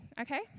okay